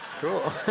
cool